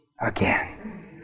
again